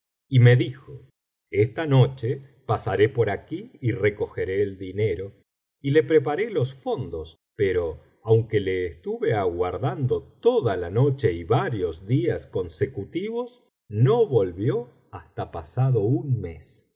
y me dijo esta noche pasaré por aquí y recogeré el dinero y le preparé los fondos pero aunque le estuve aguardando toda la noche y varios días consecutivos no volvió hasta pasado un mes